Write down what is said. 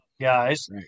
guys